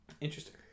Interesting